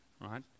right